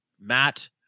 Matt